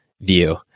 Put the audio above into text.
view